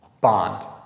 bond